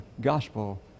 gospel